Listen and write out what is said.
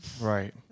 right